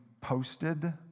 posted